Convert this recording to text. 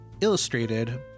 illustrated